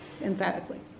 emphatically